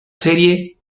serie